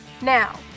Now